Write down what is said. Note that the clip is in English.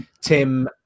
Tim